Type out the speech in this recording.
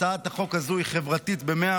חבר הכנסת יונתן